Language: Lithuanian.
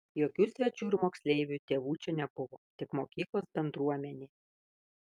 jokių svečių ir moksleivių tėvų čia nebuvo tik mokyklos bendruomenė